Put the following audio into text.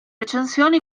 recensioni